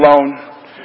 alone